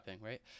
right